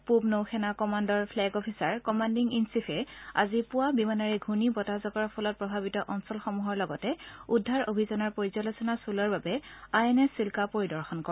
পুব নৌসেনা commander flag officer commanding in চীফে আজি পুৱা বিমানেৰে ঘূৰ্ণী বতাহজাকৰ ফলত প্ৰভাৱিত অঞ্চলসমূহৰ লগতে উদ্ধাৰ অভিযানৰ পৰ্যালোচনা চলোৱাৰ বাবে আই এন এছ চিল্ধা পৰিদৰ্শন কৰে